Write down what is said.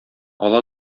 ала